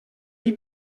die